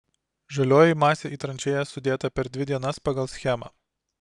žalioji masė į tranšėjas sudėta per dvi dienas pagal schemą